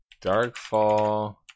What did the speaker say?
Darkfall